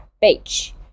Beach